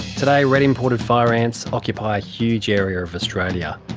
today red imported fire ants occupy a huge area of australia,